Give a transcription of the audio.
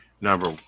number